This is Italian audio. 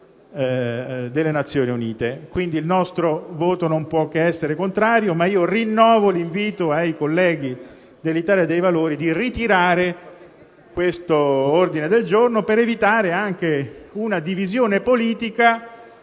delle Nazioni Unite. Il nostro voto non può che essere contrario, ma rinnovo l'invito ai colleghi dell'Italia dei Valori a ritirare l'ordine del giorno G4.100, per evitare anche una divisione politica